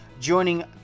joining